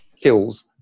kills